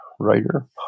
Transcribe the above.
Writer